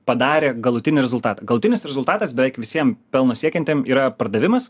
padarė galutinį rezultatą galutinis rezultatas beveik visiem pelno siekiantiem yra pardavimas